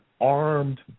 armed